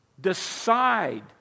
Decide